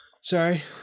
Sorry